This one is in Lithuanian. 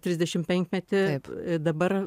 trisdešimpenkmetį taip dabar